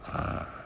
ugh